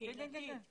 בישיבה הקודמת מתקדמים